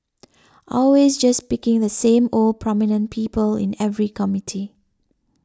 always just picking the same old prominent people in every committee